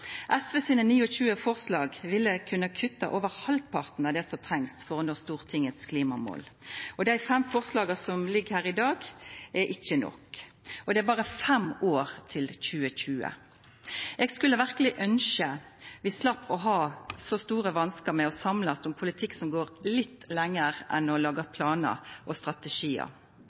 SV ville kunna kutta over halvparten av det som trengst for å nå Stortingets klimamål. Dei fem forslaga som ligg her i dag, er ikkje nok, og det er berre fem år til 2020. Eg skulle verkeleg ønskja vi slapp å ha så store vanskar med å samlast om ein politikk som går litt lenger enn å laga planar og strategiar.